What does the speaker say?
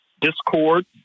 discord